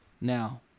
now